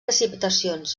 precipitacions